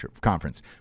Conference